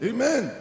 Amen